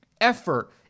effort